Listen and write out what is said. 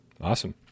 Awesome